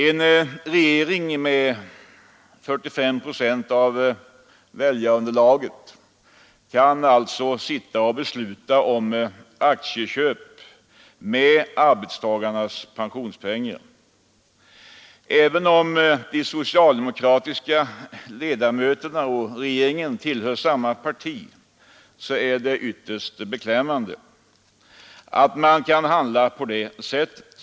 En regering med 45 procent av väljarunderlaget kan alltså besluta om 153 aktieinköp med arbetstagarnas pensionspengar. Även om de sociademokratiska ledamöterna och regeringen tillhör samma parti är det ytterst anmärkningsvärt att man kan handla på det sättet.